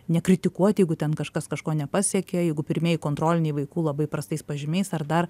nekritikuoti jeigu ten kažkas kažko nepasiekė jeigu pirmieji kontroliniai vaikų labai prastais pažymiais ar dar